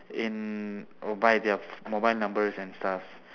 in by their mobile numbers and stuff